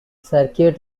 circuit